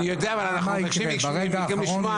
בעצם,